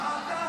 אלעזר,